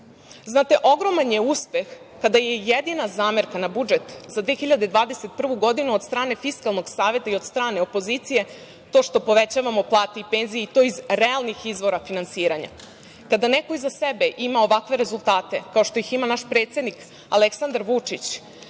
puta. Znate, ogroman je uspeh kada je jedina zamerka na budžet za 2021. godinu od strane Fiskalnog saveta i od strane opozicije to što povećavamo plate i penzije, i to iz realnih izvora finansiranja. Kada neko iza sebe ima ovakve rezultate, kao što ih ima naš predsednik Aleksandar Vučić,